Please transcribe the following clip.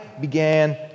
began